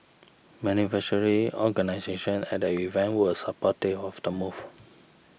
beneficiary organisations at the event were supportive of the move